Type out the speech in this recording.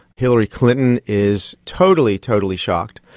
hillary clinton is totally, totally shocked.